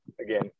again